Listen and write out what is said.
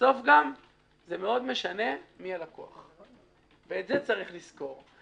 בסוף גם מאוד משנה מי הלקוח, ואת זה צריך לזכור.